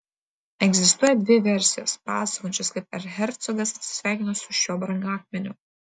egzistuoja dvi versijos pasakojančios kaip erchercogas atsisveikino su šiuo brangakmeniu